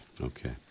Okay